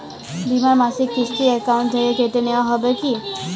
বিমার মাসিক কিস্তি অ্যাকাউন্ট থেকে কেটে নেওয়া হবে কি?